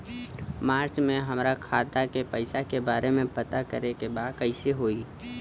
मार्च में हमरा खाता के पैसा के बारे में पता करे के बा कइसे होई?